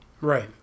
Right